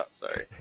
sorry